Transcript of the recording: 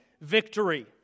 victory